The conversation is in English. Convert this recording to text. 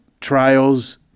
trials